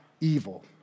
evil